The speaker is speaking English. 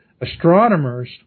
astronomers